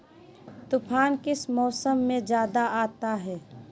तूफ़ान किस मौसम में ज्यादा आता है?